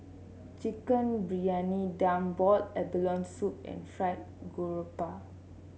Chicken Briyani Dum Boiled Abalone Soup and Fried Garoupa